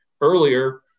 earlier